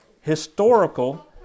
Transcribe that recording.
Historical